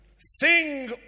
Sing